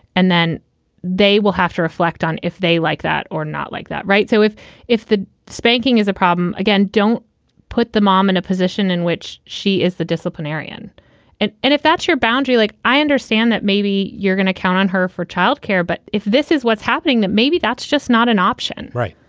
and then they will have to reflect on if they like that or not like that. right. so if if the spanking is a problem, again, don't put the mom in a position in which she is the disciplinarian and and if that's your boundary, like, i understand that maybe you're going to count on her for child care. but if this is what's happening, that maybe that's just not an option, right?